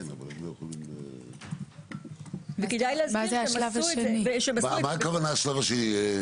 כדאי להסביר שהם עשו את זה --- מה הכוונה השלב השני?